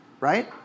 Right